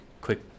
quick